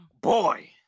Boy